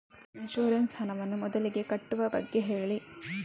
insurance ನ ಹಣವನ್ನು ಮೊದಲಿಗೆ ಕಟ್ಟುವ ಬಗ್ಗೆ ಹೇಳಿ